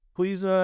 Please